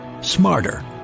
smarter